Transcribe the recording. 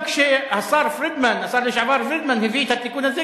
כשהשר לשעבר פרידמן הביא את התיקון הזה,